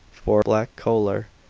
for black choler,